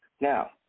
Now